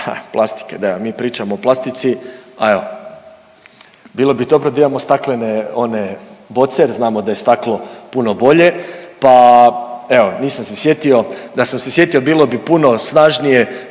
plastike, da mi pričamo o plastici, a evo bilo bi dobro da imamo staklene one boce jer znamo da je staklo puno bolje, pa evo nisam se sjetio, da sam se sjetio bilo bi puno snažnije,